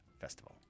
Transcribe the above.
Festival